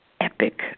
epic